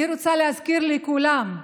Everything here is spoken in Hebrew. אני רוצה להזכיר לכולם,